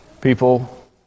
people